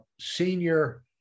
senior